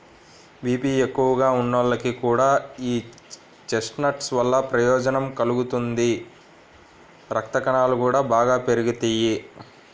BP ఎక్కువగా ఉన్నోళ్లకి కూడా యీ చెస్ట్నట్స్ వల్ల ప్రయోజనం కలుగుతుంది, రక్తకణాలు గూడా బాగా పెరుగుతియ్యి